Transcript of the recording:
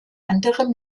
anderem